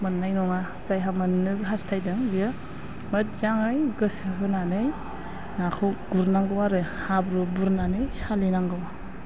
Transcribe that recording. मोननाय नङा जायहा मोननो हास्थायदों बियो मोजाङै गोसो होनानै नाखौ गुरनांगौ आरो हाब्रु गुरनानै सालिनांगौ